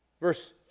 Verse